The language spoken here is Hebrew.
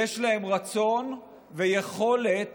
יש להם רצון ויכולת